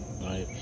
right